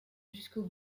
jusqu’au